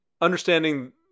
understanding